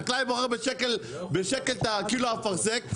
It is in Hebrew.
החקלאי מוכר בשקל קילו אפרסק,